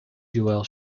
joel